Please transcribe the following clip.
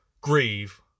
grieve